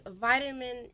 vitamin